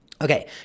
Okay